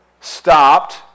stopped